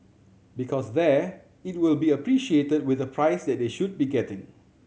because there it will be appreciated with the price that they should be getting